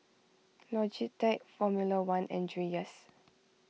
Logitech formula one and Dreyers